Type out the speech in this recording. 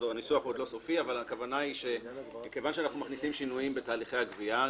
הניסוח עוד לא סופי אבל מכיוון שאנחנו מכניסים שינויים בתהליכי הגבייה,